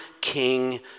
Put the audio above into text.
king